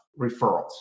referrals